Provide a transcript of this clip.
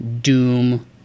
doom